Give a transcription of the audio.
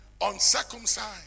Uncircumcised